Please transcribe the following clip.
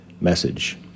message